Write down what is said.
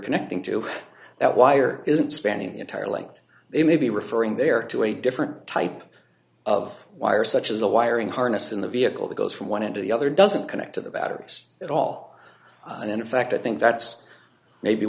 connecting to that wire isn't spanning the entire length they may be referring there to a different type of wire such as the wiring harness in the vehicle that goes from one end to the other doesn't connect to the batteries at all and in fact i think that's maybe